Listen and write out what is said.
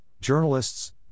journalists